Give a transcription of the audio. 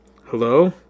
hello